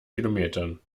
kilometern